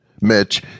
Mitch